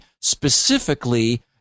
specifically